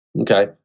Okay